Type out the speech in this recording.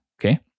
okay